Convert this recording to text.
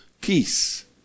peace